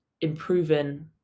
improving